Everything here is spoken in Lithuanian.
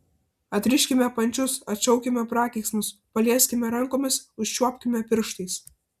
atriškime pančius atšaukime prakeiksmus palieskime rankomis užčiuopkime pirštais